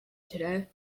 today